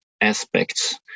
aspects